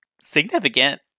significant